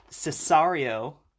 Cesario